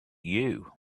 you